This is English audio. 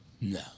No